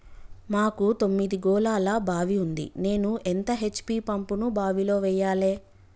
మాకు తొమ్మిది గోళాల బావి ఉంది నేను ఎంత హెచ్.పి పంపును బావిలో వెయ్యాలే?